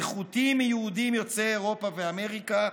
נחותים מיהודים יוצאי אירופה ואמריקה,